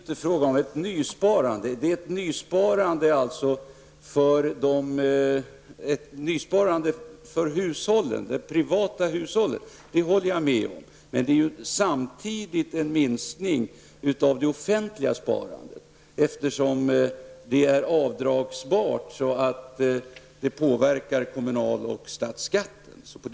Herr talman! Det är inte fråga om ett nysparande. Det är ett nysparande för de privata hushållen -- det håller jag med om. Men det är samtidigt en minskning av det offentliga sparandet. Sparandet är avdragsgillt så att den kommunala och statliga skatten påverkas.